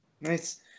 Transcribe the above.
Nice